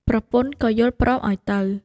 ប្រពន្ធក៏យល់ព្រមឱ្យទៅ។